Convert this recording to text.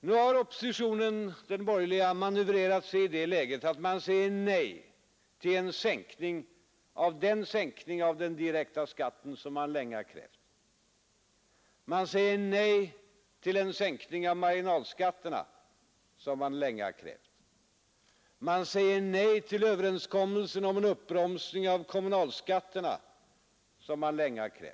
Nu har den borgerliga oppositionen manövrerat sig i det läget att man säger nej till den sänkning av den direkta skatten som man länge har krävt. Man säger nej till den sänkning av marginalskatterna som man länge har krävt och nej till en överenskommelse om en uppbromsning av kommunalskatterna, vilket man länge har krävt.